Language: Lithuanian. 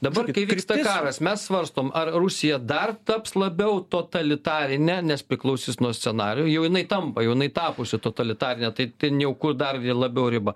dabar kai vyksta karas mes svarstom ar rusija dar taps labiau totalitarine nes priklausys nuo scenarijų jau jinai tampa jau jinai tapusi totalitarine tai ten jau kur dar labiau riba